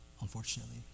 unfortunately